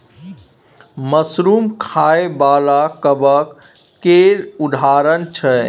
mushroom खाइ बला कबक केर उदाहरण छै